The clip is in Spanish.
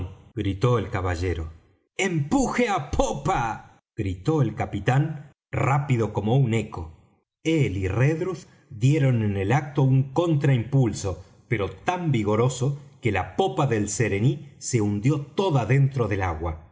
gritó el caballero empuje á popa gritó el capitán rápido como un eco él y redruth dieron en el acto un contraimpulso pero tan vigoroso que la popa del serení se hundió toda dentro del agua